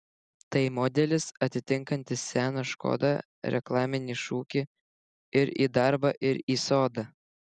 tai modelis atitinkantis seną škoda reklaminį šūkį ir į darbą ir į sodą